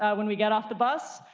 ah when we get off the bus.